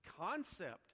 concept